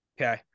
Okay